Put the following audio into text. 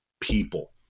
people